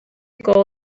goal